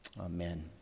Amen